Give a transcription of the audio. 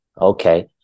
okay